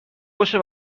باشه